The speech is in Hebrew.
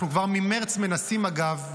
אנחנו כבר ממרץ מנסים אגב.